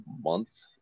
month